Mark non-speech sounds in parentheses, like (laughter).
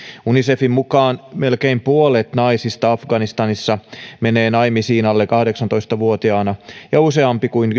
unicefin mukaan melkein puolet naisista afganistanissa menee naimisiin alle kahdeksantoista vuotiaana ja useampi kuin (unintelligible)